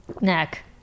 neck